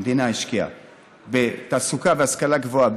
המדינה השקיעה בתעסוקה והשכלה גבוהה,